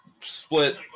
split